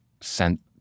sent